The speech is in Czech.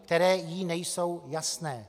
Které jí nejsou jasné.